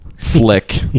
flick